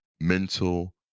Mental